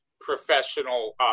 professional